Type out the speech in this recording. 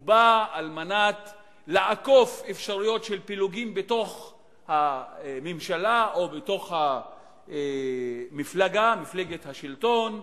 הוא בא לעקוף אפשרויות של פילוגים בתוך הממשלה או בתוך מפלגת השלטון,